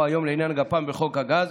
היום לעניין גפ"ם במה שנקרא חוק הגז